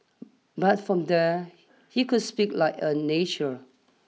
but from there he could speak like a nature